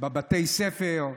בבתי ספר.